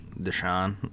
Deshaun